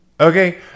Okay